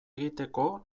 egiteko